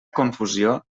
confusió